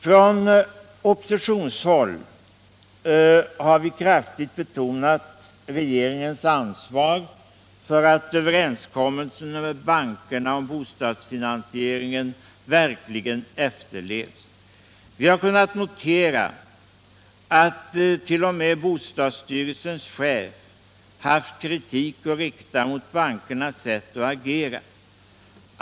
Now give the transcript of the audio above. Från oppositionshåll har vi kraftigt betonat regeringens ansvar för att överenskommelsen med bankerna om bostadsfinansieringen verkligen efterlevs. Vi har kunnat notera att t.o.m. bostadsstyrelsens chef har haft kritik att rikta mot bankernas sätt att agera.